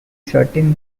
certain